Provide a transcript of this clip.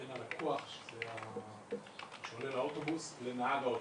בין הלקוח שעולה לאוטובוס לנהג האוטובוס.